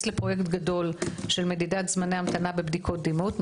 לפרויקט גדול של מדידת זמני המתנה בבדיקות דימות,